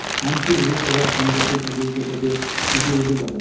মানসির যে সোগায় সম্পত্তি থাকি সেটোকে সিকিউরিটি কহে